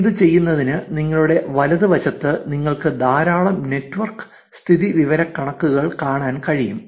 അത് ചെയ്യുന്നതിന് നിങ്ങളുടെ വലതുവശത്ത് നിങ്ങൾക്ക് ധാരാളം നെറ്റ്വർക്ക് സ്ഥിതിവിവരക്കണക്കുകൾ കാണാൻ കഴിയും